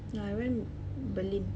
ya I went berlin